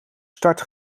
start